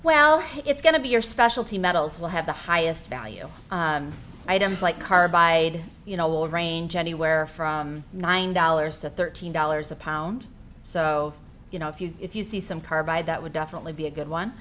well it's going to be your specialty metals will have the highest value items like carbide you know will range anywhere from nine dollars to thirteen dollars a pound so you know if you if you see some car buy that would definitely be a good